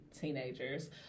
teenagers